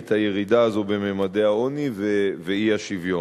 את הירידה הזו בממדי העוני ואי-השוויון.